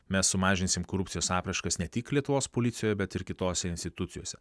mes sumažinsim korupcijos apraiškas ne tik lietuvos policijoje bet ir kitose institucijose